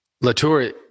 Latour